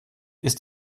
ist